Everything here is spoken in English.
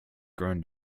grown